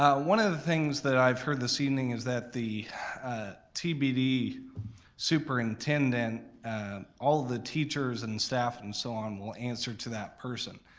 one of the things that i've heard this evening is that the tbd superintendent and all the teachers and staff and so on will answer to that person.